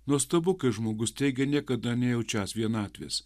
nuostabu kai žmogus teigia niekada nejaučiąs vienatvės